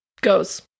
goes